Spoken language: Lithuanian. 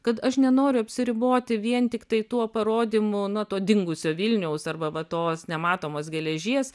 kad aš nenoriu apsiriboti vien tiktai tuo parodymu na to dingusio vilniaus arba va tos nematomos geležies